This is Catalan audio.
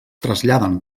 traslladen